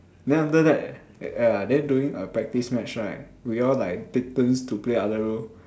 then after that uh then doing a practice match right we all like take turns to play other role